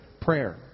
prayer